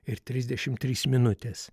ir trisdešimt trys minutes